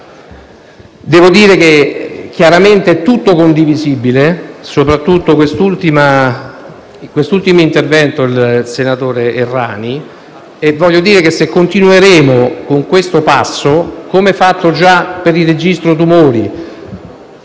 per me. Chiaramente è tutto condivisibile, soprattutto quest'ultimo intervento del senatore Errani. Io auspico che continueremo con questo passo, come già fatto per il registro tumori,